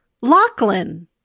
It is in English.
Lachlan